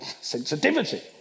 sensitivity